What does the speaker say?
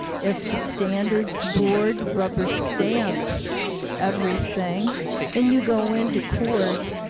if the standards board rubber-stamped everything and you go into court,